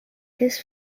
his